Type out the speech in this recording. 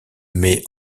met